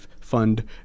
fund